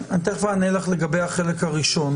אני תכף אענה לך לגבי החלק הראשון.